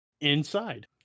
inside